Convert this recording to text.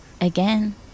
Again